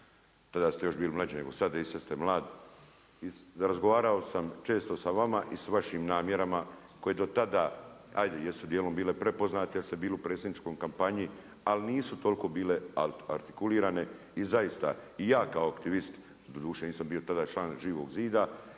Tada ste još bili mlađi nego sada, isto ste mlad. Razgovarao sam često sa vama i sa vašim namjerama koji do tada, ajde jesu dijelom bile prepoznate, jer ste bili u predsjedničkoj kampanji, ali nisu toliko bile artikulirane i zaista i ja kao aktivist, doduše nisam bio tada član Živog zida